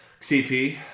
CP